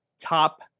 top